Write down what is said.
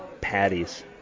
patties